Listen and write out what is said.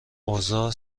اوضاع